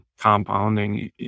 compounding